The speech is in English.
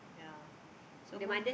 yeah so most